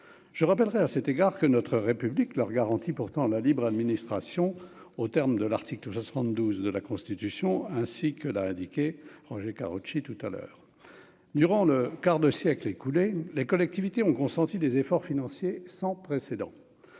je rappellerai à cet égard que notre République leur garantit pourtant la libre administration au terme de l'article tout ça 72 de la Constitution, ainsi que l'a indiqué Roger Karoutchi tout à l'heure durant le quart de siècle écoulé les collectivités ont consenti des efforts financiers sans précédent,